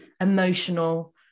emotional